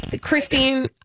Christine